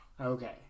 Okay